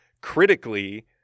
critically